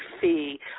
fee